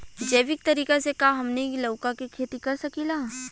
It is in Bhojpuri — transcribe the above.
जैविक तरीका से का हमनी लउका के खेती कर सकीला?